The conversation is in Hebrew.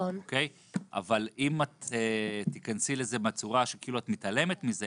אבל אם את תיכנסי לזה בצורה שכאילו את מתעלמת מזה